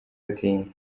ati